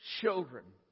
children